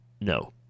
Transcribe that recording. No